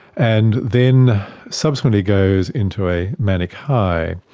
and then subsequently goes into a manic high.